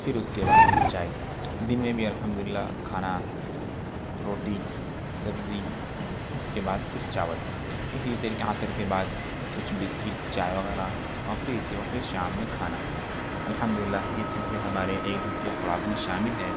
پھر اس کے بعد چائے دن میں بھی الحمد للہ کھانا روٹی سبزی اس کے بعد پھر چاول اسی طریقے عصر کے بعد کچھ بسکٹ چائے وغیرہ اور پھر اسی وقت سے شام میں کھانا الحمد للہ یہ چیزیں ہمارے ایک دن کی خوراک میں شامل ہے